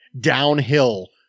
downhill